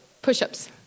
Push-ups